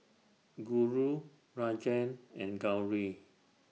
Guru Rajan and Gauri